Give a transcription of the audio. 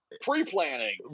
pre-planning